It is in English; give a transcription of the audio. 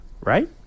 Right